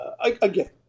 again